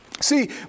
See